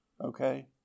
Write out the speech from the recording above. okay